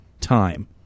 time